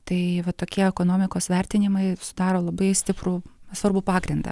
tai va tokie ekonomikos vertinimai sudaro labai stiprų svarbų pagrindą